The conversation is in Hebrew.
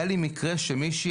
היה לי מקרה שמישהי,